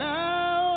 now